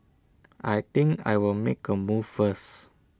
I think I'll make A move first